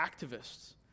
activists